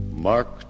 Mark